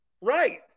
Right